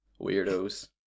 weirdos